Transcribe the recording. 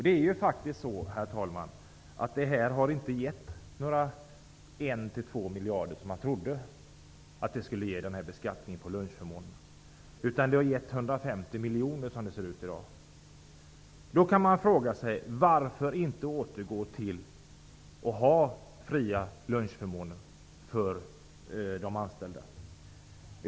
Den har faktiskt inte gett några 1--2 miljarder, som man trodde, herr talman. Som det ser ut i dag har den gett 150 miljoner kronor. Då kan man fråga sig varför vi inte kan återgå till att ha fria lunchförmåner för de anställda. Herr talman!